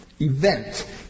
event